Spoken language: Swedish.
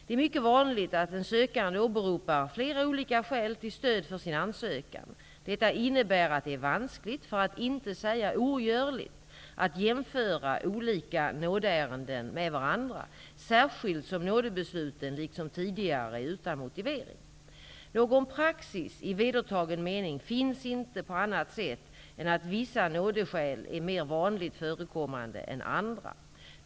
Det är mycket vanligt att en sökande åberopar flera olika skäl till stöd för sin ansökan. Detta innebär att det är vanskligt, för att inte säga ogörligt, att jämföra olika nådeärenden med varandra, särskilt som nådebesluten liksom tidigare är utan motivering. Någon praxis i vedertagen mening finns inte på annat sätt än att vissa nådeskäl är mer vanligt förekommande än andra.